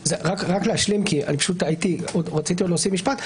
רק להשלים, כי רציתי להוסיף משפט.